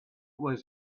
was